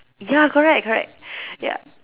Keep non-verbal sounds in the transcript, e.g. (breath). ya correct correct (breath) ya